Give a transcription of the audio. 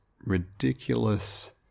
ridiculous